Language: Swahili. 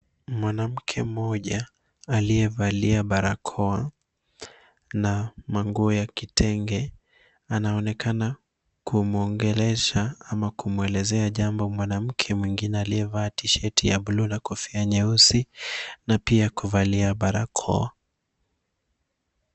Mwanamke mmoja aliyevalia barakoa na manguo ya kitenge anaonekana kumwongelesha ama kumwelezea jambo mwanamke mwingine aliyevaa T-shirt ya buluu na kofia nyeusi na pia kuvalia barakoa.